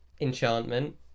Enchantment